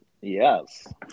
Yes